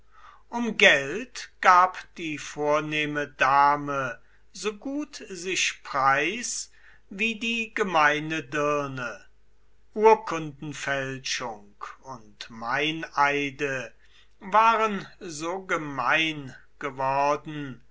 um geld gab die vornehme dame so gut sich preis wie die gemeine dirne urkundenfälschung und meineide waren so gemein geworden